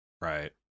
Right